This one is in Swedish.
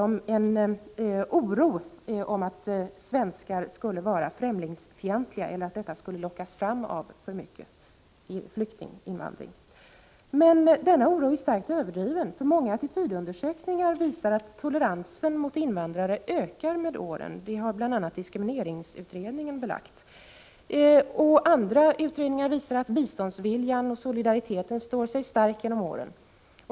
Det gäller den oro man hyser för att svenskar skulle vara främlingsfientliga eller att främlingsfientliga känslor skulle lockas fram av en alltför stor invandring av flyktingar. Denna oro är starkt överdriven. Många attitydundersökningar visar nämligen att toleransen gentemot invandrare har ökat med åren. Bl. a. diskrimineringsberedningen har gett belägg för detta. Det finns också utredningar som visar att biståndsviljan och solidariteten har förblivit stark genom åren.